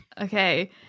Okay